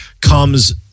comes